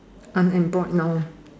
unemployed now